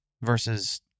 versus